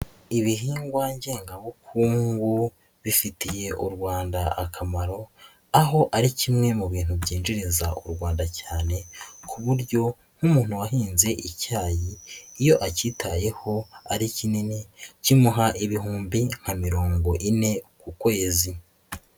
Ibihingwa ngengabukungu bifitiye u Rwanda akamaro, aho ari kimwe mu bintu byinjiriza u Rwanda cyane, ku buryo nk'umuntu wahinze icyayi iyo akitayeho ari kinini, kimuha ibihumbi nka mirongo ine ku kwezi.